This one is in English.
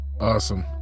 awesome